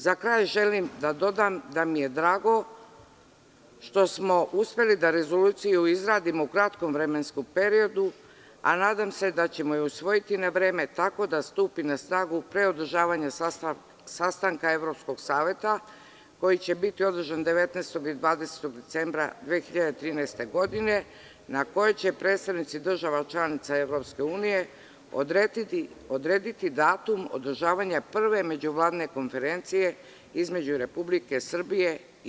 Za kraj želim da dodam da mi je drago što smo uspeli da rezoluciju izradimo u kratkom vremenskom periodu, a nadam se da ćemo je usvojiti na vreme tako da stupi na snagu pre održavanja sastanka Evropskog saveta koji će biti održan 19. ili 20. decembra 2013. godine, na kojoj će predstavnici država članica EU odrediti datum održavanja prve međuvladine konferencije između Republike Srbije i EU.